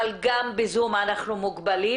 אבל גם בזום אנחנו מוגבלים.